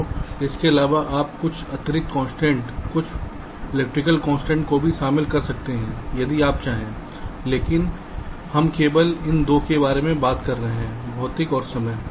तो इसके अलावा आप कुछ अतिरिक्त कंस्ट्रेंट्स कुछ विद्युत कंस्ट्रेंट्स को भी शामिल कर सकते हैं यदि आप चाहें लेकिन हम केवल इन 2 के बारे में यहां बात करते हैं भौतिक और समय